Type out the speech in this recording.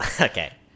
okay